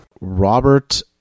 Robert